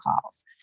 calls